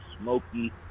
smoky